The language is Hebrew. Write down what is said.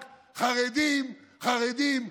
רק חרדים, חרדים.